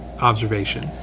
observation